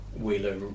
Wheeler